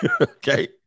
Okay